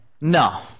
No